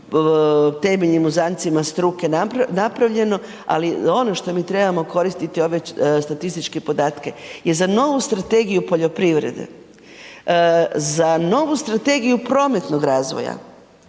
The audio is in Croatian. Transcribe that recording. temeljnim uzancima struke napravljeno, ali ono što mi trebamo koristiti ove statističke podatke je za novu strategiju poljoprivrede, za novu strategiju prometnog razvoja,